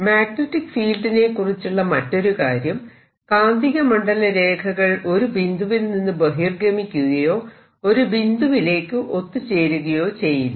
magnetic ഫീൽഡിനെക്കുറിച്ചുള്ള മറ്റൊരു കാര്യം കാന്തിക മണ്ഡല രേഖകൾ ഒരു ബിന്ദുവിൽ നിന്ന് ബഹിർഗമിക്കുകയോ ഒരു ബിന്ദുവിലേക്ക് ഒത്തുചേരുകയോ ചെയ്യില്ല